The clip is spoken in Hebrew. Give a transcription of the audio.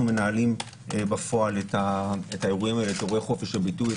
מנהלים בפועל את האירועים האלה אירועי חופש הביטוי,